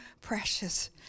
precious